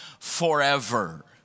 Forever